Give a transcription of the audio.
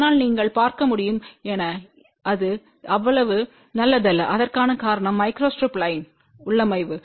ஆனால் நீங்கள் பார்க்க முடியும் என அது அவ்வளவு நல்லதல்ல அதற்கான காரணம் மைக்ரோஸ்ட்ரிப் லைன் உள்ளமைவு